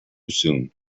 soon